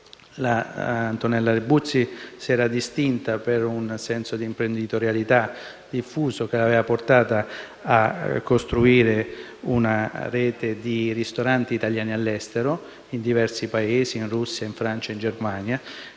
Antonella Rebuzzi si era distinta per un senso di imprenditorialità diffuso, che l'aveva portata a costruire una rete di ristoranti italiani all'estero in diversi Paesi (in Russia, in Francia, in Germania),